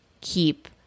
keep